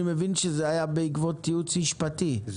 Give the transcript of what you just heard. אני מבין שזה היה בעקבות ייעוץ משפטי שחייב אותם.